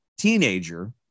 teenager